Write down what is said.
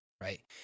right